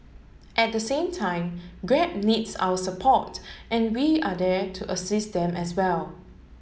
at the same time Grab needs our support and we are there to assist them as well